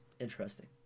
Interesting